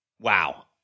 Wow